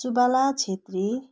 Subala Chhetri